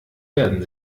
werden